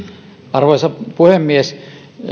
arvoisa puhemies